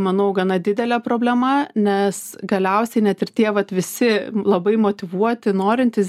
manau gana didelė problema nes galiausiai net ir tie vat visi labai motyvuoti norintys